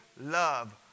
love